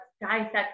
dissect